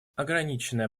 ограниченное